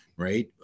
Right